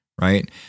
right